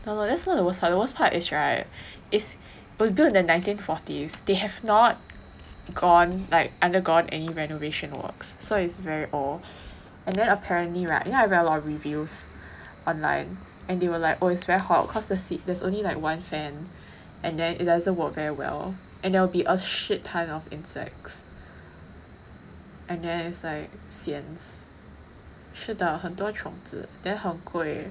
no no that's not the worse part the worse part is [right] is build in the nineteen forties they have not gone undergone any renovation works so it's very old and then apparently [right] I read a lot of reviews online and they were like oh is very hot cause the cei~ there's only like one fan and then it doesn't work very well and there will be a shit ton of insects and then it's like sian 是的很多虫子 then 很贵